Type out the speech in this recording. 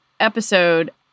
episode